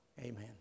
amen